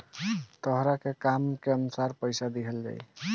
तहरा के काम के अनुसार पइसा दिहल जाइ